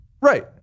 Right